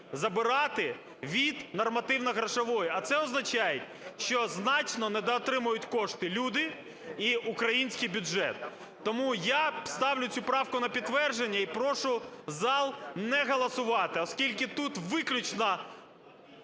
забирати від нормативно-грошової, а це означає, що значно недоотримають кошти люди і український бюджет. Тому я ставлю цю правку на підтвердження і прошу зал не голосувати, оскільки тут виключно…